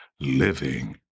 living